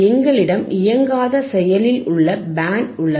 எங்களிடம் இயங்காத செயலில் உள்ள பேண்ட் உள்ளது